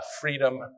freedom